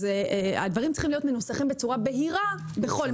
אז הדברים צריכים להיות מנוסחים בצורה בהירה בכל מקרה.